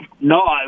No